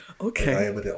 Okay